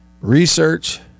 research